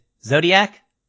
Zodiac